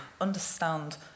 understand